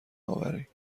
آوریم